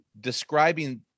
describing